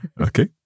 Okay